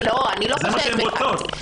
זה מה שהן רוצות,